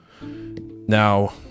Now